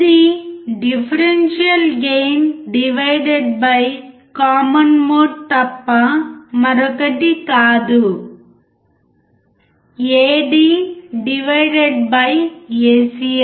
ఇది differential gain divided by common mode తప్ప మరొకటి కాదు Ad డివైడెడ్ బై ACM